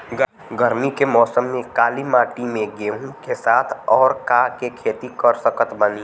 गरमी के मौसम में काली माटी में गेहूँ के साथ और का के खेती कर सकत बानी?